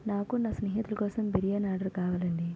నాకు నా స్నేహితులకోసం బిర్యానీ ఆర్డరు కావాలండి